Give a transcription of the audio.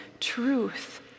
truth